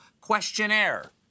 questionnaire